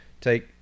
take